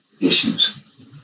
issues